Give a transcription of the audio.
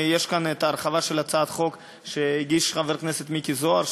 יש כאן הרחבה של הצעת החוק שהגיש חבר הכנסת מיקי זוהר,